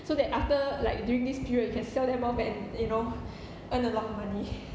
so that after like during this period you can sell them off and you know earn a lot of money